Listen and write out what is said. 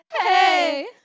hey